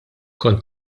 kont